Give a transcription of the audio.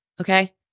Okay